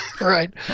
Right